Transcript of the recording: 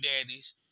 daddies